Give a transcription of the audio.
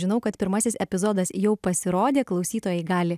žinau kad pirmasis epizodas jau pasirodė klausytojai gali